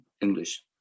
English